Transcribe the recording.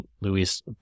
Louis